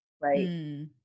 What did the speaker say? right